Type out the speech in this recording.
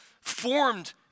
formed